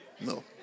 No